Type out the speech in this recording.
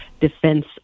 defense